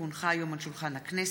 כי הונחה היום על שולחן הכנסת,